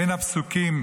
בין הפסוקים